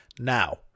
Now